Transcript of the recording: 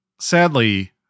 sadly